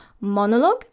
monologue